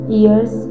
ears